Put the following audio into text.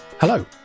Hello